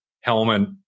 helmet